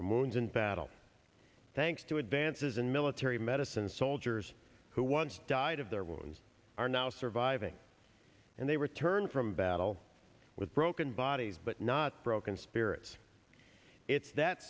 from moons in battle thanks to advances in military medicine soldiers who once died of their wounds are now surviving and they return from battle with broken bodies but not broken spirits it's that